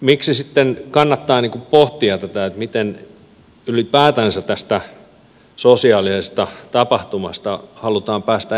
miksi sitten kannattaa pohtia tätä miten ylipäätänsä tästä sosiaalisesta tapahtumasta halutaan päästä eroon